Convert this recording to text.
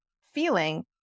feeling